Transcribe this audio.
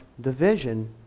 division